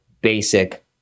basic